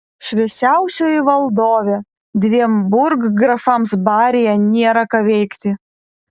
šviesiausioji valdove dviem burggrafams baryje nėra ką veikti